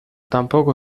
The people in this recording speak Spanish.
tampoco